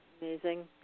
Amazing